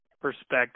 perspective